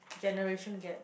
generation gap